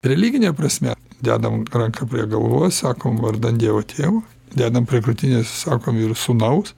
religine prasme dedam ranką prie galvos sakom vardan dievo tėvo dedam prie krūtinės sakom ir sūnaus